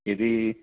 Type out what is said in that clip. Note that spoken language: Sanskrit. यदि